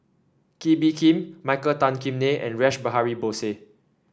Kee Bee Khim Michael Tan Kim Nei and Rash Behari Bose